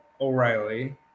O'Reilly